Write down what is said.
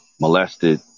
molested